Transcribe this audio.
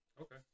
Okay